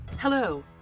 Hello